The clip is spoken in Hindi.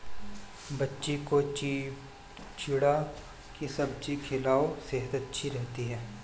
बच्ची को चिचिण्डा की सब्जी खिलाओ, सेहद अच्छी रहती है